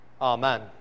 amen